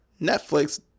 Netflix